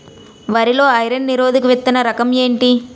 వరి లో ఐరన్ నిరోధక విత్తన రకం ఏంటి?